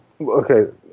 okay